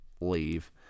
leave